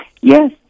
Yes